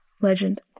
Legend